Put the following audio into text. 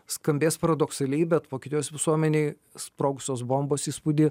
skambės paradoksaliai bet vokietijos visuomenei sprogusios bombos įspūdį